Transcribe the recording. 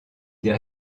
des